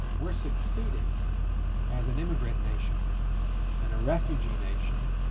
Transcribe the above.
we're succeeding as an immigrant nation and a refugee nation.